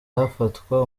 hafatwa